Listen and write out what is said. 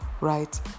right